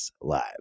live